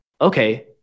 okay